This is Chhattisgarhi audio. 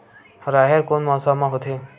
राहेर कोन मौसम मा होथे?